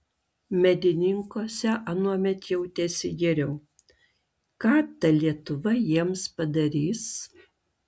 medininkuose anuomet jautėsi geriau ką ta lietuva jiems padarys